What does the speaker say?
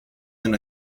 than